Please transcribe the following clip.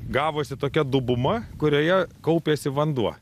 gavosi tokia dubuma kurioje kaupiasi vanduo